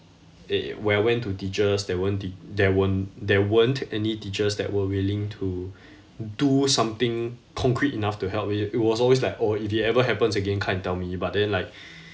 it when I went to teachers there weren't t~ there weren't there weren't any teachers that were willing to do something concrete enough to help i~ it was always like oh if it ever happens again come and tell me but then like